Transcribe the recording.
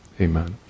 amen